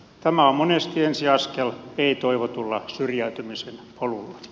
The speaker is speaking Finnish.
tämä on monesti ensiaskel ei toivotulla syrjäytymisen polulla